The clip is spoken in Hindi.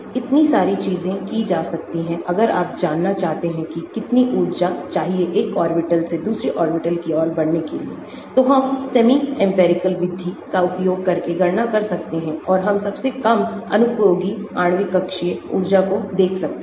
इतनी सारी चीजें की जा सकती हैं अगर आप जानना चाहते हैं कि कितनी उर्जा चाहिए एक ऑर्बिटल से दूसरी ऑर्बिटल की ओर बढ़ने के लिए तो हम सेमी इंपिरिकल विधि का उपयोग करके गणना कर सकते हैं और हम सबसे कम अनुपयोगी आणविक कक्षीय ऊर्जा को देख सकते हैं